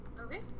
Okay